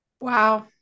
wow